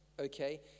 okay